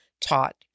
taught